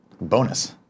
Bonus